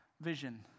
vision